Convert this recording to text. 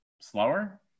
slower